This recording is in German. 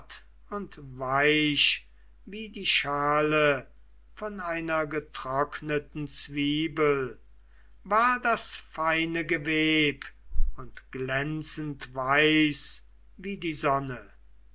und weich wie die schale von einer getrockneten zwiebel war das feine geweb und glänzendweiß wie die sonne